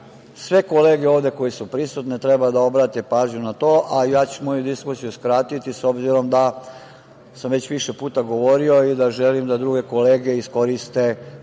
sve kolege ovde koje su prisutne treba da obrate pažnju na to, a ja ću moju diskusiju skratiti, s obzirom da sam već više puta govorio i da želim da druge kolege iskoriste